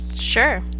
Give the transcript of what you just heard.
Sure